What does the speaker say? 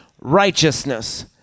righteousness